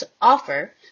offer